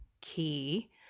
key